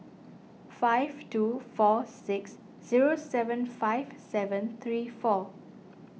five two four six zero seven five seven three four